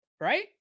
right